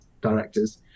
directors